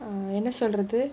err என்ன சொல்றது:enna solradhu